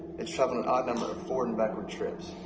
it's travelled an odd number of forward and backward trips.